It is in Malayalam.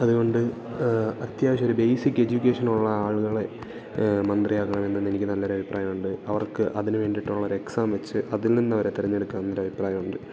അതുകൊണ്ട് അത്യാവശ്യം ഒരു ബേസിക്ക് എജ്യൂക്കേഷനുള്ള ആളുകളെ മന്ത്രിയാക്കണം എന്ന് എനിക്ക് നല്ലൊരു അഭിപ്രായം ഉണ്ട് അവർക്ക് അതിന് വേണ്ടിട്ടുള്ള ഒരു എക്സാം വെച്ച് അതിൽ നിന്നവരെ തെരഞ്ഞെടുക്കണമെന്ന ഒരഭിപ്രായം ഉണ്ട്